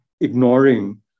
ignoring